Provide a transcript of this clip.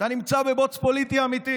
בני עמי שלי.